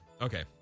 Okay